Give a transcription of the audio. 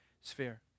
sphere